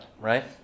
right